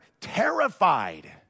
terrified